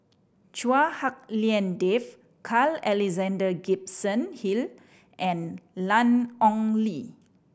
Chua Hak Lien Dave Carl Alexander Gibson Hill and Ian Ong Li